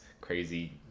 crazy